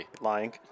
lying